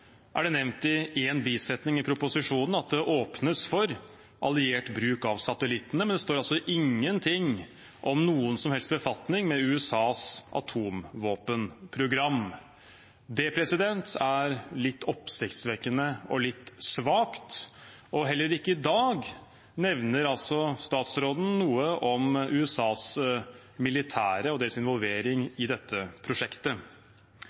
er det nevnt i en bisetning i proposisjonen at det åpnes for alliert bruk av satellittene, men det står ingenting om noen som helst befatning med USAs atomvåpenprogram. Det er litt oppsiktsvekkende og litt svakt, og heller ikke i dag nevner statsråden noe om USAs militære og deres involvering i dette prosjektet.